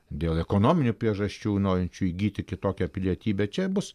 dėl ekonominių priežasčių norinčių įgyti kitokią pilietybę čia bus